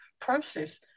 process